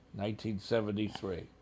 1973